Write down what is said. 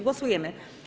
Głosujemy.